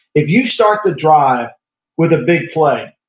if you start the drive with a big play,